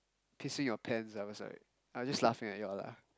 pissing your pants I'm just like I'm just laughing at you all lah